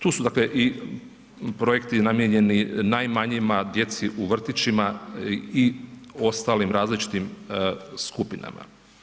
Tu su dakle i projekti namijenjeni najmanjima, djeci u vrtićima i ostalim različitim skupinama.